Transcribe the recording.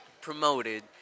promoted